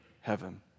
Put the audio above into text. heaven